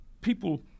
People